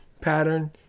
pattern